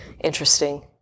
interesting